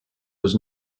was